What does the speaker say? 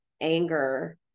anger